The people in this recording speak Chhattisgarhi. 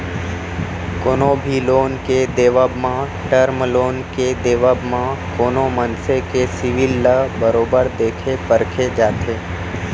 कोनो भी लोन के देवब म, टर्म लोन के देवब म कोनो मनसे के सिविल ल बरोबर देखे परखे जाथे